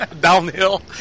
Downhill